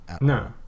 No